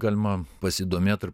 galima pasidomėt ir